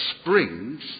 springs